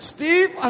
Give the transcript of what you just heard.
Steve